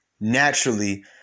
naturally